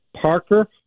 Parker